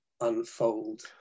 unfold